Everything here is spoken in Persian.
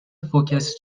فوکس